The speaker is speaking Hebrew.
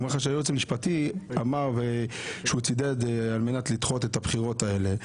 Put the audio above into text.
הוא אומר לך שהייעוץ המשפטי צידד בלדחות את הבחירות האלה,